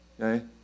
okay